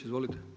Izvolite.